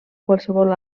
qualsevol